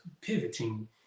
pivoting